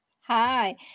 Hi